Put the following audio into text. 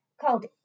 called